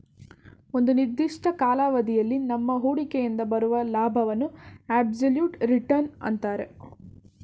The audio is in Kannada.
ಒಂದು ನಿರ್ದಿಷ್ಟ ಕಾಲಾವಧಿಯಲ್ಲಿ ನಮ್ಮ ಹೂಡಿಕೆಯಿಂದ ಬರುವ ಲಾಭವನ್ನು ಅಬ್ಸಲ್ಯೂಟ್ ರಿಟರ್ನ್ಸ್ ಅಂತರೆ